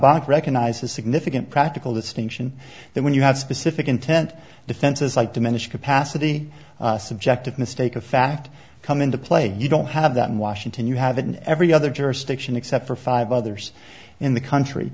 umbach recognize the significant practical distinction then when you have specific intent defenses like diminished capacity subjective mistake of fact come into play you don't have that in washington you have an every other jurisdiction except for five others in the country